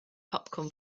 popcorn